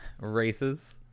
Races